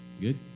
Good